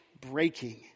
breaking